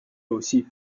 aussi